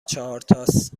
چهارتاس